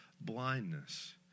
blindness